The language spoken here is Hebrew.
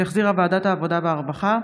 שהחזירה ועדת העבודה והרווחה,